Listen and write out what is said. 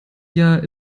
jahr